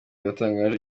batangaje